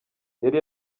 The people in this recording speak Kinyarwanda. yari